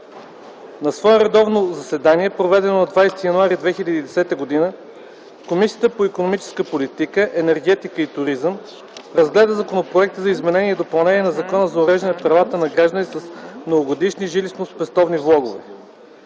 На свое редовно заседание, проведено на 20 януари 2010 г., Комисията по икономическата политика, енергетика и туризъм разгледа Законопроекта за изменение и допълнение на Закона за уреждане правата на граждани с многогодишни жилищноспестовни влогове.